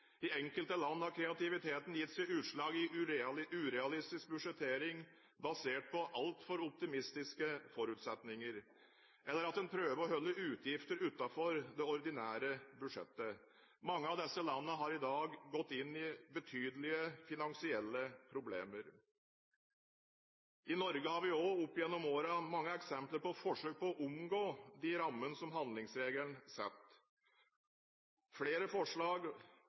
I enkelte land har kreativiteten gitt seg utslag i urealistisk budsjettering basert på altfor optimistiske forutsetninger, eller i at en prøver å holde utgifter utenfor det ordinære budsjettet. Mange av disse landene har i dag betydelige finansielle problemer. Også i Norge har vi opp gjennom årene hatt mange eksempler på forsøk på å omgå de rammene som handlingsregelen setter. Flere forslag